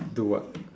do what